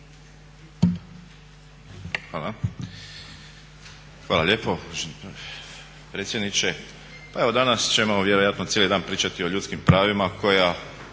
(HDZ)** Hvala lijepo predsjedniče. Pa evo danas ćemo vjerojatno cijeli dan pričati o ljudskim pravima koja